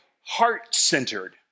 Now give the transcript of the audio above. heart-centered